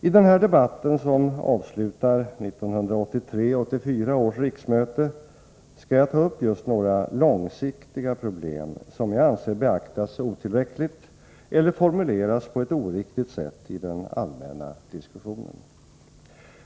I denna debatt, som avslutar 1983/84 års riksmöte, skall jag ta upp just några långsiktiga problem, som jag anser beaktas otillräckligt eller formuleras på ett oriktigt sätt i den allmänna diskussionen.